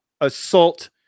assault